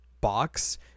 box